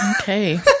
Okay